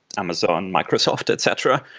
amazon, microsoft, et cetera.